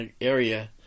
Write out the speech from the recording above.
area